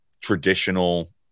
traditional